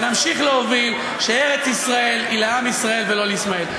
ונמשיך להוביל שארץ-ישראל היא לעם ישראל ולא לישמעאל.